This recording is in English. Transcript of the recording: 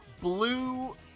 blue